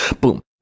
Boom